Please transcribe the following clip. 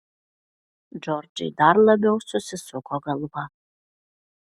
džordžai dar labiau susisuko galva